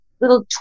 little